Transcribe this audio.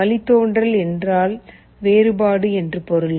வழித்தோன்றல் என்றால் வேறுபாடு என்று பொருள்